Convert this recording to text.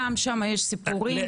גם שם יש סיפורים,